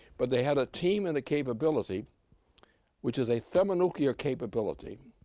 but they had a team and a capability which is a thermonuclear capability,